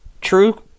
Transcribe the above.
true